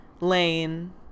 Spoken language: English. Lane